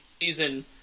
season